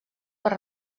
per